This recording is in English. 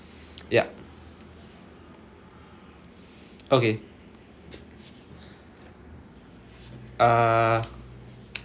yup okay uh